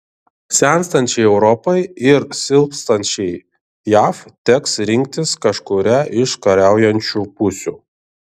senstančiai europai ir silpstančiai jav teks rinktis kažkurią iš kariaujančių pusių